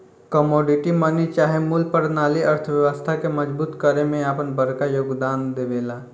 commodity money चाहे मूल परनाली अर्थव्यवस्था के मजबूत करे में आपन बड़का योगदान देवेला